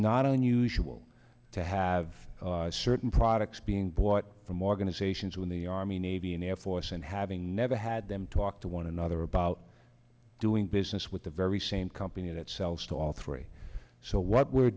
not unusual to have certain products being bought from organizations who in the army navy air force and having never had them talk to one another about doing business with the very same company that sells to all three so what we're